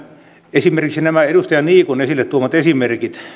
esimerkiksi nämä edustaja niikon esille tuomat esimerkit